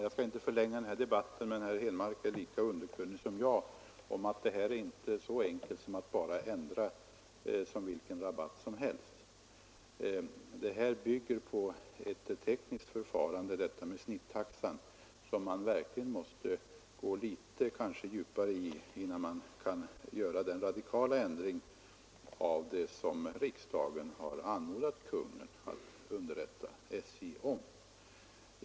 Herr talman! Herr Henmark är lika underkunnig som jag om att detta inte är så enkelt att ändra som vilket rabattsystem som helst. Snittaxan bygger på ett tekniskt förfarande som man måste tränga in litet djupare i innan man kan göra den radikala ändring som riksdagen har anmodat regeringen att uppdra åt SJ att vidta.